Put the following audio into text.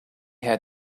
had